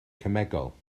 cemegol